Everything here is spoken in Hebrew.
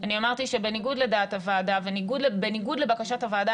אני אמרתי שבניגוד לדעת הוועדה ובניגוד לבקשת הוועדה